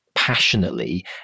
passionately